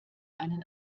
einen